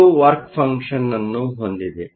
ಇದು work function function ಅನ್ನು ಹೊಂದಿದೆ